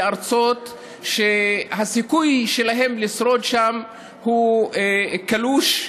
מארצות שהסיכוי שלהם לשרוד שם הוא קלוש.